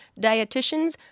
dietitians